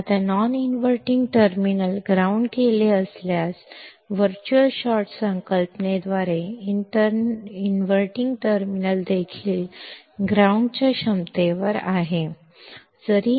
ಈಗ non inverting terminal ಅನ್ನು ground ಗೆಇಳಿಸಿದರೆ ವರ್ಚುವಲ್ ಶಾರ್ಟ್ ಎಂಬ ಪರಿಕಲ್ಪನೆಯಿಂದ ಇನ್ವರ್ಟಿಂಗ್ ಟರ್ಮಿನಲ್ ಸಹ ಗ್ರೌಂಡ್ ಸಾಮರ್ಥ್ಯದಲ್ಲಿದೆ